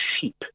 sheep